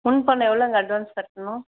முன் பணம் எவ்வளோங்க அட்வான்ஸ் கட்டணும்